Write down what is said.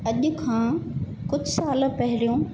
अॼु खां कुझु साल पहरियों